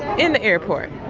in the airport.